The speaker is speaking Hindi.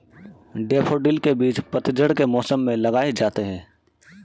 डैफ़ोडिल के बीज पतझड़ के मौसम में लगाए जाते हैं